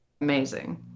amazing